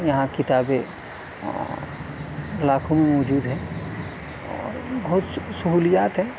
یہاں کتابیں لاکھوں میں موجود ہیں اور بہت سہولیات ہیں